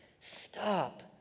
stop